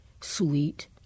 sweet